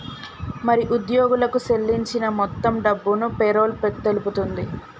మరి ఉద్యోగులకు సేల్లించిన మొత్తం డబ్బును పేరోల్ తెలుపుతుంది